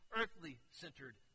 earthly-centered